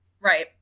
Right